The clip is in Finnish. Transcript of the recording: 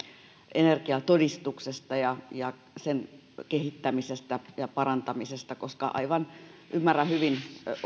energiatodistuksesta sen kehittämisestä ja parantamisesta koska ymmärrän hyvin